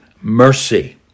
mercy